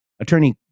attorney